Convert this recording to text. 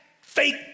fake